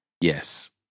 Yes